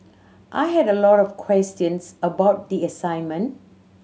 I had a lot of questions about the assignment